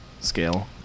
scale